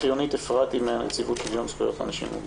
יונית אפרתי מניבות שוויון זכויות לאנשים עם מוגבלות.